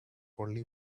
only